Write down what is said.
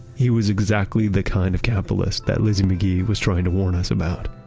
he was exactly the kind of capitalist that lizzie mcgee was trying to warn us about.